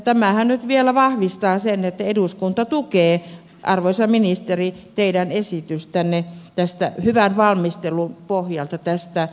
tämähän nyt vielä vahvistaa sen että eduskunta tukee arvoisa ministeri hyvän valmistelun pohjalta teidän esitystänne tästä laista